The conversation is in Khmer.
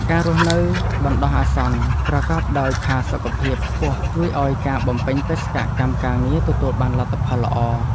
ការរស់នៅបណ្ដោះអាសន្នប្រកបដោយផាសុកភាពខ្ពស់ជួយឱ្យការបំពេញបេសកកម្មការងារទទួលបានលទ្ធផលល្អ។